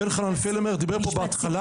איך אמר נציג הסטודנטים שדיבר פה בהתחלה,